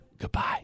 goodbye